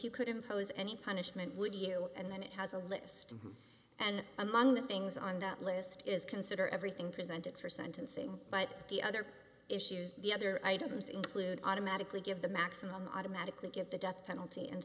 you could impose any punishment would you and then it has a list and among the things on that list is consider everything presented for sentencing but the other issues the other items include automatically give the maximum automatically get the death penalty and